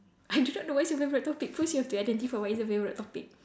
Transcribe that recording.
I do not know what is your favourite topic first you have to identify what is your favourite topic